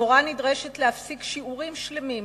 המורה נדרשת להפסיק שיעורים שלמים,